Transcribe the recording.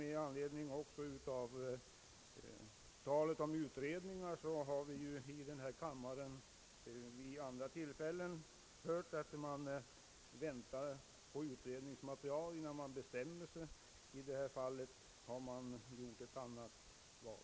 I denna kammare har vi vid andra tillfällen hört att man vill vänta på resultatet från utredningar innan man bestämmer sig. I detta fall har man tydligen gjort ett annat val.